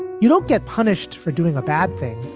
you don't get punished for doing a bad thing.